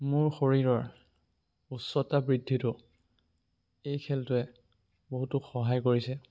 মোৰ শৰীৰৰ উচ্চতা বৃদ্ধিতো এই খেলটোৱে বহুতো সহায় কৰিছে